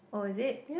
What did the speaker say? oh is it